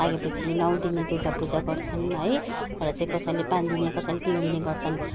लागेपछि नौ दिने दुर्गा पूजा गर्छन् है र चाहिँ कसैले पाँच दिने कसैले तिन दिने गर्छन्